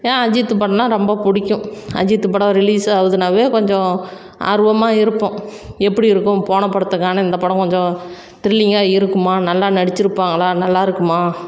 ஏன் அஜித்து பண்ணால் ரொம்ப பிடிக்கும் அஜித்து படம் ரிலீசாகுதுன்னாவே கொஞ்சம் ஆர்வமாக இருப்போம் எப்படி இருக்கும் போன படத்துக்கான இந்த படம் கொஞ்சம் த்ரில்லிங்காக இருக்குமா நல்லா நடிச்சிருப்பாங்களா நல்லா இருக்குமா